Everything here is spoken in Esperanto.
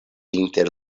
inter